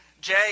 Jay